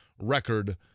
record